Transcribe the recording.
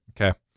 okay